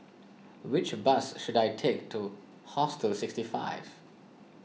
which bus should I take to Hostel sixty five